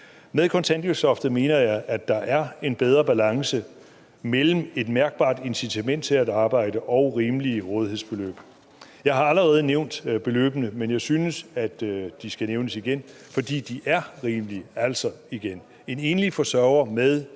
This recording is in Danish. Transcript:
Med kontanthjælpsloftet mener jeg at der er en bedre balance mellem et mærkbart incitament til at arbejde og rimelige rådighedsbeløb. Jeg har allerede nævnt beløbene, men jeg synes, at de skal nævnes igen, fordi de er rimelige. Altså: En enlig forsørger med